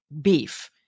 beef